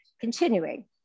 continuing